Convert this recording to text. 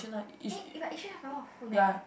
eh but actually have a lot of food there